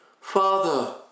Father